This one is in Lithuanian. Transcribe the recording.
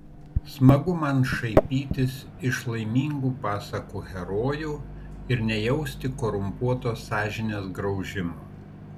smagu man šaipytis iš laimingų pasakų herojų ir nejausti korumpuotos sąžinės graužimo